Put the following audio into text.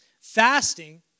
Fasting